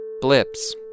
Blips